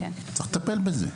צריך לטפל בזה.